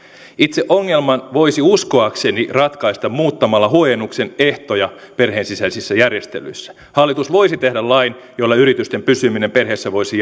itse ongelman voisi uskoakseni ratkaista muuttamalla huojennuksen ehtoja perheen sisäisissä järjestelyissä hallitus voisi tehdä lain jolla yritysten pysyminen perheessä voisi